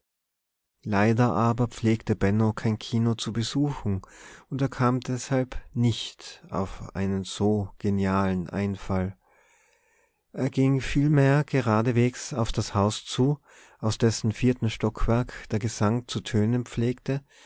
leider aber pflegte benno kein kino zu besuchen und er kam deshalb nicht auf einen so genialen einfall er ging vielmehr geradewegs auf das haus zu aus dessen viertem stockwerk der gesang zu tönen pflegte